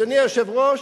אדוני היושב-ראש,